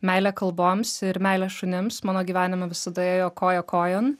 meilė kalboms ir meilė šunims mano gyvenime visada ėjo koja kojon